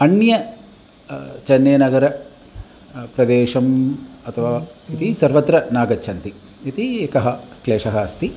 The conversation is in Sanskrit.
अन्य चेन्नैनगरप्रदेशम् अथवा इति सर्वत्र न गच्छन्ति इति एकः क्लेशः अस्ति